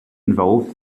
involved